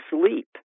sleep